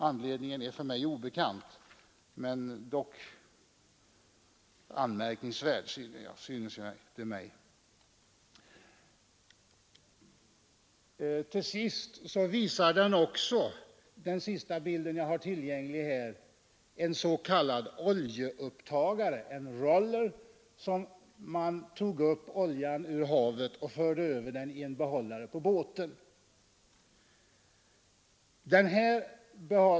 Anledningen är för mig obekant, men det hela synes anmärkningsvärt. Den sista bilden här visar en s.k. oljeupptagare, en roller, med vilken man tog upp oljan ur havet och förde över den till en behållare på båten.